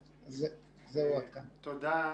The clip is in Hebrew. תודה,